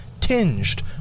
tinged